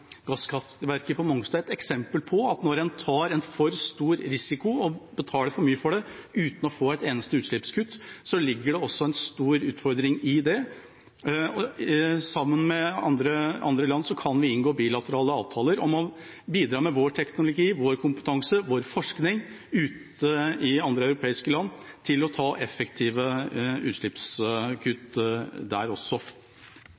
gasskraftverket på Mongstad et eksempel på den store utfordringen som ligger i at en tar en for stor risiko, og betaler for mye for det, uten å få et eneste utslippskutt. Sammen med andre land kan vi inngå bilaterale avtaler om å bidra med vår teknologi, vår kompetanse og vår forskning i andre europeiske land, for å ta effektive